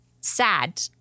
Sad